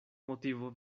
motivo